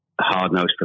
hard-nosed